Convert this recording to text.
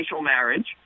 marriage